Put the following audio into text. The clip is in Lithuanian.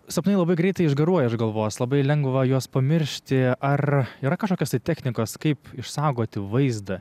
sapnai labai greitai išgaruoja iš galvos labai lengva juos pamiršti ar yra kažkokios tai technikos kaip išsaugoti vaizdą